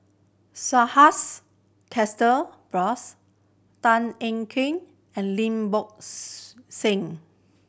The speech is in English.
Subhas Chandra Bose Tan Ean Kiam and Lim Bo Seng